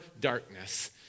darkness